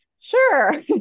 sure